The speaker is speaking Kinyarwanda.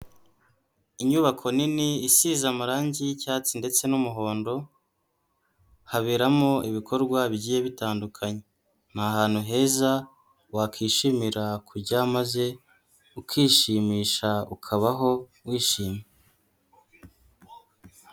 Inyubako nini isize amarangi y'icyatsi ndetse n'umuhondo, haberamo ibikorwa bigiye bitandukanye. Ni ahantu heza, wakwishimira kujya, maze ukishimisha, ukabaho wishimye.